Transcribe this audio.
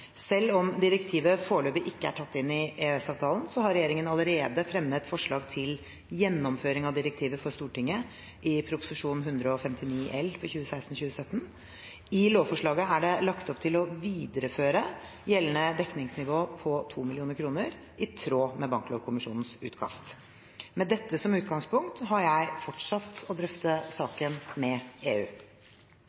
Selv om direktivet foreløpig ikke er tatt inn i EØS-avtalen, har regjeringen allerede fremmet forslag til gjennomføring av direktivet for Stortinget i Prop. 159 L for 2016–2017. I lovforslaget er det lagt opp til å videreføre gjeldende dekningsnivå på 2 mill. kr i tråd med Banklovkommisjonens utkast. Med dette som utgangspunkt har jeg fortsatt å drøfte